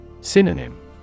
Synonym